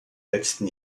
letzten